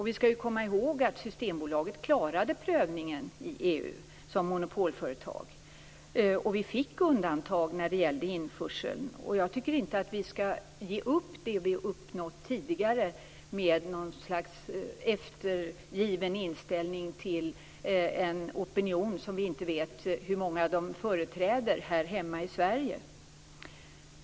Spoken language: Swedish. Vi skall komma ihåg att Systembolaget klarade prövningen i EU som monopolföretag. Och vi fick undantag när det gällde införseln. Jag tycker inte att vi skall ge upp det vi uppnått tidigare med någon slags eftergiven inställning till en opinion som vi inte vet hur många de företräder här hemma i Sverige.